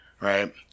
right